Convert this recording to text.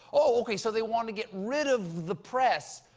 oh, okay so they want to get rid of the press,